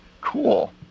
Cool